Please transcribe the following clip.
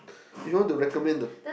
if you want to recommend the